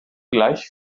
gleich